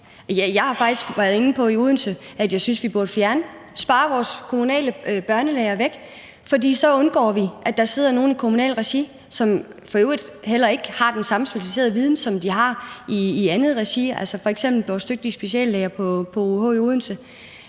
Jeg har faktisk været inde på i Odense, at vi burde spare vores kommunale børnelæger væk, for så undgår vi, at der sidder nogle i kommunen og bestemmer. De har i øvrigt heller ikke den samme specialiserede viden, som de har andre steder, f.eks. vores dygtige speciallæger på OUH i Odense.